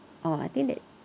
oh I think that